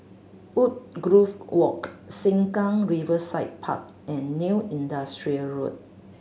Woodgrove Walk Sengkang Riverside Park and New Industrial Road